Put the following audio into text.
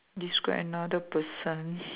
describe another person